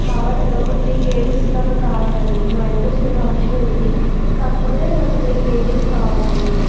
కావాలండీ ఒక త్రీ కేజీస్లాగా కావాలండి మా ఇంట్లో చిన్న ఫంక్షన్ ఉంది కాకపోతే నాకు త్రీ కేజీస్ కావాలండీ